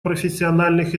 профессиональных